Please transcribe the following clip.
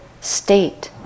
state